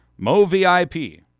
MoVIP